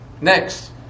Next